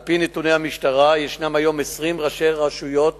על-פי נתוני המשטרה יש היום 20 ראשי רשויות